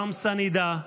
Kamsa-Ham-Nida.